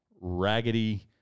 raggedy